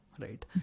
Right